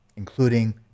including